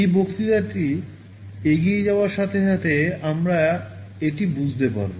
এই বক্তৃতাটি এগিয়ে যাওয়ার সাথে সাথে আমরা এটি বুঝতে পারবো